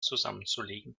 zusammenzulegen